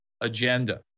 agenda